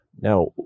now